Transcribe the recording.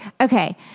okay